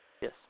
Yes